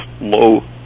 low